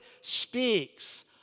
speaks